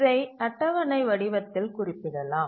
இதை அட்டவணை வடிவத்தில் குறிப்பிடலாம்